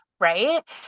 Right